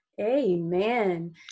amen